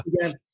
again